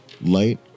Light